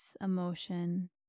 emotion